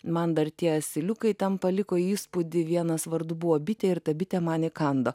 man dar tie asiliukai ten paliko įspūdį vienas vardu buvo bitė ir ta bitė man įkando